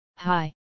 Hi